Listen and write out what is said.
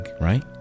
right